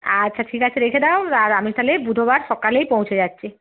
আচ্ছা ঠিক আছে রেখে দাও আর আমি তাহলে বুধবার সকালেই পৌঁছে যাচ্ছি